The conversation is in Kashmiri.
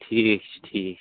ٹھیٖک چھُ ٹھیٖک چھُ